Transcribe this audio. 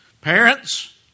parents